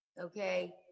okay